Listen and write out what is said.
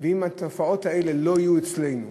ואם התופעות האלה לא יהיו אצלנו,